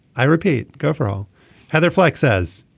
i repeat go for all heather flack says.